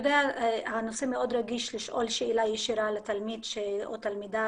הנושא הוא מאוד רגיש לשאול שאלה ישירה לתלמיד או תלמידה,